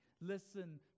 listen